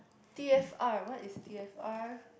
T_F_R what is T_F_R